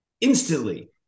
instantly